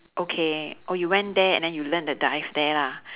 okay oh you went there and then you learn the dive there lah